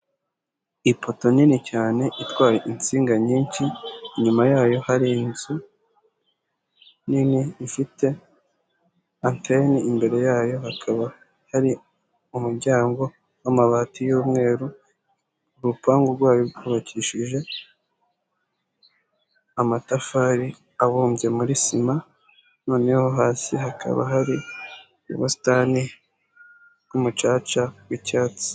Ipoto nini cyane itwaye insinga nyinshi, inyuma yayo hari inzu nini ifite anteni, imbere yayo hakaba hari umuryango w'amabati y'umweru, urupangu rwayo rwubakishije amatafari abumbye muri sima, noneho hasi hakaba hari ubusitani bw'umucaca w'icyatsi.